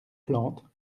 plantes